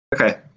Okay